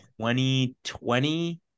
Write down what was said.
2020